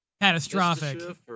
catastrophic